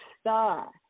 star